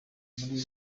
muri